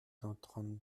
d’entendre